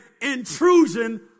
intrusion